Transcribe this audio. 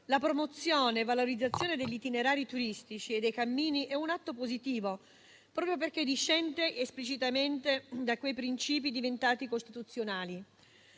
La promozione e la valorizzazione degli itinerari turistici e dei cammini è un atto positivo, proprio perché discendono esplicitamente da quei principi diventati costituzionali.